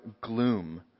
gloom